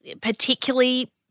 particularly